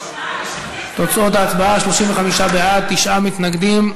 תוצאות ההצבעה, 35 בעד, תשעה מתנגדים.